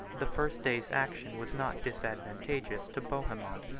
the first day's action was not disadvantageous to bohemond,